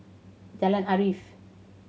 Jalan Arif